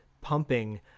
pumping